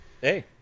Hey